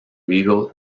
vivo